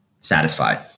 satisfied